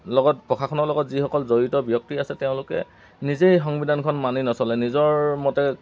লগত প্ৰশাসনৰ লগত যিসকল জড়িত ব্যক্তি আছে তেওঁলোকে নিজেই সংবিধানখন মানি নচলে নিজৰ মতে